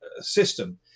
system